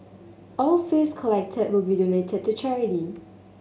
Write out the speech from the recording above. all fees collected will be donated to charity